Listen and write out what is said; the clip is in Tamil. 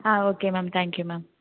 ah okay ma'am thank you ma'am